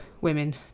women